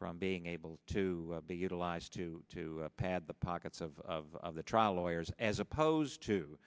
from being able to be utilized to to pad the pockets of the trial lawyers as opposed to